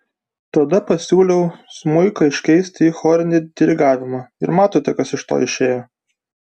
tada pasiūliau smuiką iškeisti į chorinį dirigavimą ir matote kas iš to išėjo